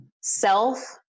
self